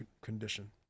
condition